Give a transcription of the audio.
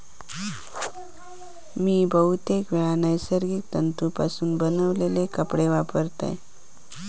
मी बहुतेकवेळा नैसर्गिक तंतुपासून बनवलेले कपडे वापरतय